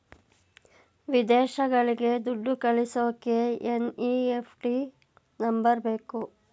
ವಿದೇಶಗಳಿಗೆ ದುಡ್ಡು ಕಳಿಸೋಕೆ ಎನ್.ಇ.ಎಫ್.ಟಿ ನಂಬರ್ ಬೇಕು